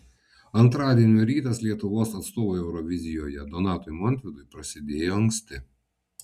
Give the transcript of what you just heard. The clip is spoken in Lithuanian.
antradienio rytas lietuvos atstovui eurovizijoje donatui montvydui prasidėjo anksti